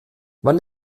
wann